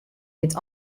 giet